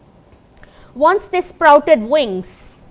once they sprouted wings,